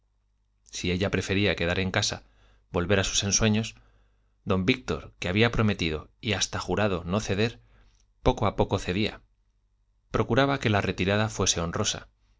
si ella prefería quedar en casa volver a sus ensueños don víctor que había prometido y hasta jurado no ceder poco a poco cedía procuraba que la retirada fuese honrosa